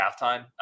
halftime